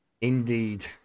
Indeed